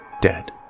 Dead